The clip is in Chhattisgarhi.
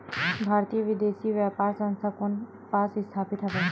भारतीय विदेश व्यापार संस्था कोन पास स्थापित हवएं?